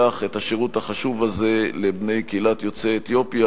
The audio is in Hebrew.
את השירות החשוב הזה לבני קהילת יוצאי אתיופיה,